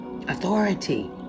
authority